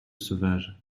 sauvage